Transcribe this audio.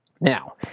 Now